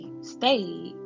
stayed